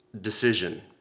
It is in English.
decision